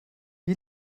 wie